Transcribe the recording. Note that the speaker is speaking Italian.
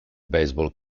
baseball